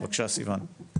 בבקשה סיון.